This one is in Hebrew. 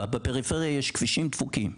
ובפריפריה יש כבישים דפוקים,